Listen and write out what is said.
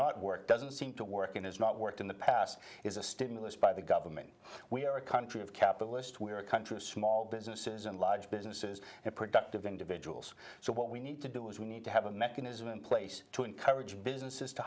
not worked doesn't seem to work and has not worked in the past is a stimulus by the government we are a country of capitalist we are a country of small businesses and large businesses and productive individuals so what we need to do is we need to have a mechanism in place to encourage businesses to